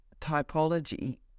typology